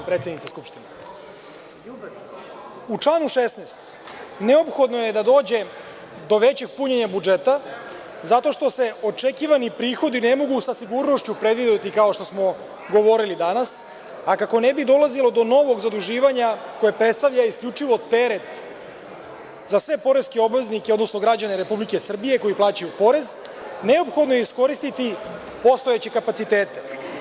U članu 16. neophodno je da dođe do većeg punjenja budžeta, zato što se očekivani prihodi ne mogu sa sigurnošću predvideti kao što smo govorili danas, a kako ne bi dolazili do novog zaduživanja, koje predstavlja isključivo teret za sve poreske obveznike, odnosno građane Republike Srbije koji plaćaju porez, neophodno je iskoristi postojeće kapacitete.